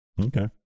Okay